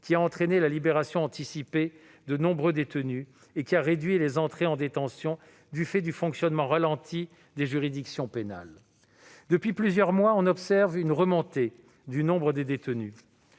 qui a entraîné la libération anticipée de nombreux détenus et qui a réduit les entrées en détention du fait du fonctionnement ralenti des juridictions pénales. Depuis plusieurs mois, on observe une remontée du nombre de détenus,